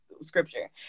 scripture